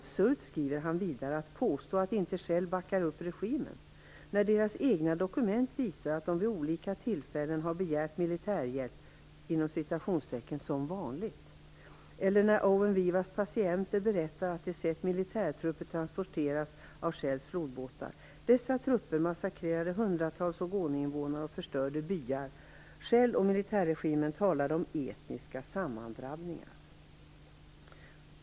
Det är absurt att påstå att inte Shell backar upp regimen, skriver han vidare. Shells egna dokument visar att man vid olika tillfällen begärt militärhjälp, "som vanligt". Owens Wiwas patienter berättar också att de sett militärtrupper transporteras av Shells flodbåtar. Dessa trupper massakrerade hundratals Ogoniinvånare och förstörde byar. Shell och militärregimen talade om etniska sammandrabbningar.